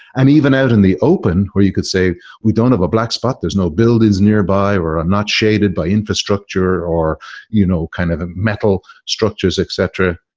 and even out in the open where you could say we don't have a black spot. there's no buildings nearby or i'm not shaded by infrastructure or you know kind of metal structures, etcetera,